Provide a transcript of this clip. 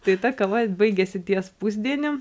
tai ta kava baigėsi ties pusdieniu